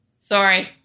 Sorry